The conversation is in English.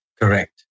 Correct